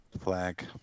Flag